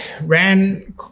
ran